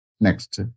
Next